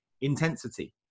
intensity